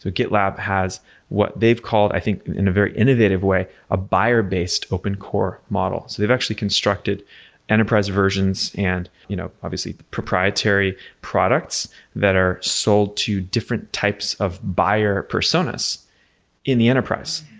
but gitlab has what they've called, i think in a very innovative way, a buyer-based open core model. so they've actually constructed enterprise versions and you know obviously proprietary products that are sold to different types of buyer personas in the enterprise.